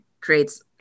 creates